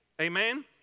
Amen